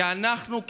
כי אנחנו,